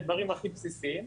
הדברים הכי בסיסיים.